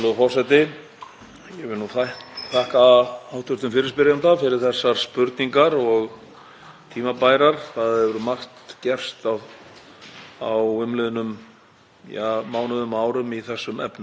á umliðnum mánuðum og árum í þessum efnum. Fyrst var spurt: Hvernig miðar innleiðingu rafrænnar stjórnsýslu við afgreiðslu umsókna hjá Útlendingastofnun og hvenær má ætla að öll afgreiðsla verði orðin rafræn?